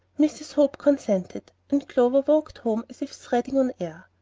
mrs. hope consented, and clover walked home as if treading on air.